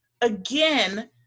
again